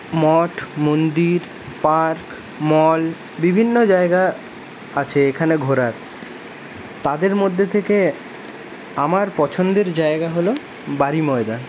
মঠ মন্দির park mall বিভিন্ন জায়গা আছে এখানে ঘোরার তাদের মধ্যে থেকে আমার পছন্দের জায়গা হল বালীর ময়দান